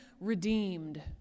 redeemed